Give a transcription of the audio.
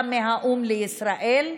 ההחלטה מהאו"ם לישראל?